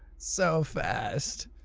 so fast.